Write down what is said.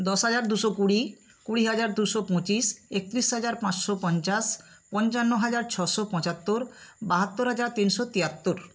দশ হাজার দুশো কুড়ি কুড়ি হাজার দুশো পঁচিশ একত্রিশ হাজার পাঁসশো পঞ্চাশ পঞ্চান্ন হাজার ছশো পঁচাত্তর বাহাত্তর হাজার তিনশো তিয়াত্তর